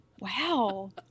Wow